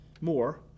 more